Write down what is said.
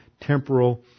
temporal